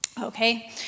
Okay